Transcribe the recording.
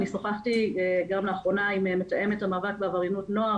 אני שוחחתי לאחרונה גם עם מתאמת המאבק בעבריינות נוער,